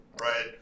right